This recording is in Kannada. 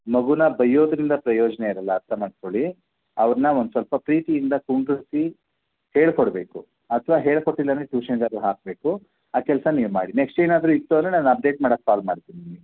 ಮಗುನ ಬೈಯೋದ್ರಿಂದ ಪ್ರಯೋಜನ ಇರಲ್ಲ ಅರ್ಥ ಮಾಡಿಕೊಳ್ಳಿ ಅವ್ರನ್ನ ಒಂದು ಸ್ವಲ್ಪ ಪ್ರೀತಿಯಿಂದ ಹೇಳ್ಕೊಡ್ಬೇಕು ಅಥವಾ ಹೇಳ್ಕೊಟ್ಟಿಲ್ಲ ಅಂದರೆ ಟ್ಯೂಷನ್ಗಾದ್ರು ಹಾಕಬೇಕು ಆ ಕೆಲಸ ನೀವು ಮಾಡಿ ನೆಕ್ಸ್ಟ್ ಏನಾದರೂ ಇತ್ತು ಅಂದರೆ ನಾನು ಅಪ್ಡೇಟ್ ಮಾಡಕ್ಕೆ ಕಾಲ್ ಮಾಡ್ತೀನಿ ನಿಮಗೆ